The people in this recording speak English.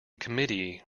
committee